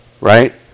right